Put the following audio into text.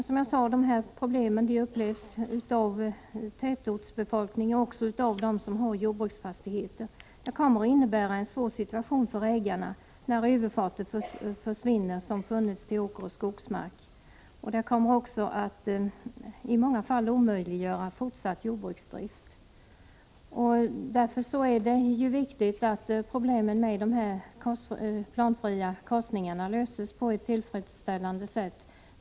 Som jag sade kommer höghastighetstågen att förorsaka problem både för Nr 97 tätortsbefolkningen och för dem som har jordbruksfastigheter. För de senare ; tad å Torsdagen den kommer det att bli en svår situation när överfarter till åkeroch skogsmark 14 mars 1985 försvinner. I många fall kommer det att omöjliggöra fortsatt jordbruksdrift. Både från samhällsekonomisk synpunkt och med tanke på säkerheten för Om åtgärder för att den enskilde är det viktigt att problemen med plankorsningar löses på ett begränsa sårbarhetillfredsställande sätt.